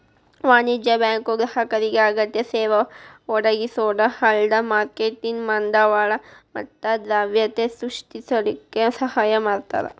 ವಾಣಿಜ್ಯ ಬ್ಯಾಂಕು ಗ್ರಾಹಕರಿಗೆ ಅಗತ್ಯ ಸೇವಾ ಒದಗಿಸೊದ ಅಲ್ದ ಮಾರ್ಕೆಟಿನ್ ಬಂಡವಾಳ ಮತ್ತ ದ್ರವ್ಯತೆ ಸೃಷ್ಟಿಸಲಿಕ್ಕೆ ಸಹಾಯ ಮಾಡ್ತಾರ